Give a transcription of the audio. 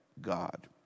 God